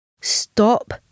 Stop